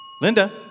Linda